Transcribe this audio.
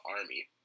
army